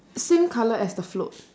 same colour as the float